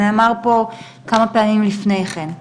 זה נאמר פה כמה פעמים לפני כן.